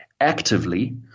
actively